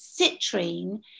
citrine